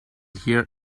hear